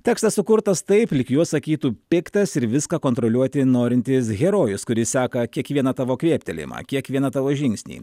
tekstas sukurtas taip lyg juos sakytų piktas ir viską kontroliuoti norintis herojus kuris seka kiekvieną tavo kvėptelėjimą kiekvieną tavo žingsnį